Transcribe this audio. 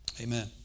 Amen